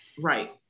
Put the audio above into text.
Right